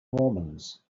mormons